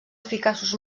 eficaços